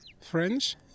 French